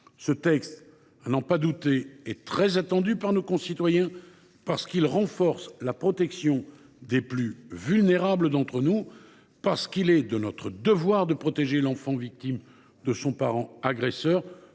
Ce texte, n’en doutons pas, est très attendu par nos concitoyens : parce qu’il renforce la protection des plus vulnérables d’entre nous ; parce que c’est notre devoir de protéger l’enfant victime contre son parent agresseur